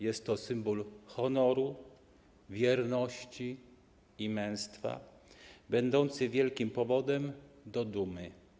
Jest to symbol honoru, wierności i męstwa, będący wielkim powodem do dumy.